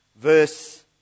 verse